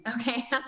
Okay